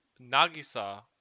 Nagisa